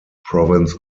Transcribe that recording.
province